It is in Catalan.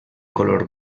color